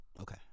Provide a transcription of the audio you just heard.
okay